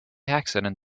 accident